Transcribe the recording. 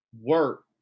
work